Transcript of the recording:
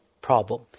problem